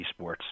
esports